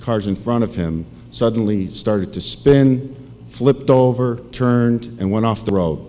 cars in front of him suddenly started to spin flipped over turned and went off the road